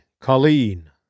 Colleen